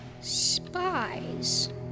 Spies